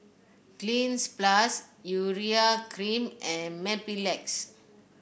Cleanz Plus Urea Cream and Mepilex